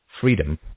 freedom